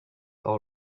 all